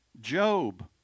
Job